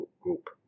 group